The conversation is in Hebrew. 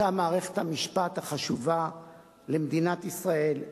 אותה מערכת משפט החשובה למדינת ישראל,